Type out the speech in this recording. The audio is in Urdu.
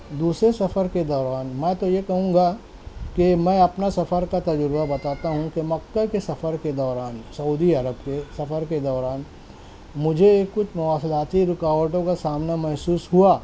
دوسرے سفر کے دوران میں تو یہ کہوں گا کہ میں اپنا سفر کا تجربہ بتاتا ہوں کہ مکے کے سفر کے دوران سعودی عرب کے سفر کے دوران مجھے کچھ مواصلاتی رکاوٹوں کا سامنا محسوس ہوا